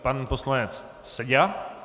Pan poslanec Seďa.